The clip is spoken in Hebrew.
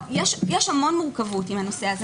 יש המון מורכבות עם הנושא הזה,